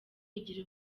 igira